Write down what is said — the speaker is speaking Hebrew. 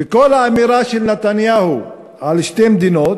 וכל האמירה של נתניהו על שתי מדינות,